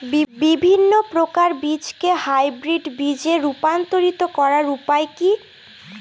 বিভিন্ন প্রকার বীজকে হাইব্রিড বীজ এ রূপান্তরিত করার উপায় কি?